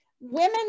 women